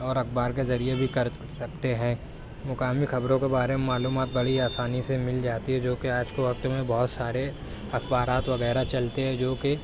اور اخبار کے ذریعے بھی کر سکتے ہے مقامی خبروں کے بارے میں معلومات بڑی آسانی سے مل جاتی ہے جوکہ آج کے وقت میں بہت سارے اخبارات وغیرہ چلتے ہیں جوکہ